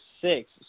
six